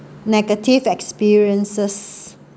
negative experiences